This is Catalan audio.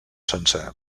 sencer